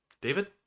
David